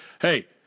hey